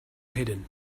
hidden